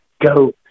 go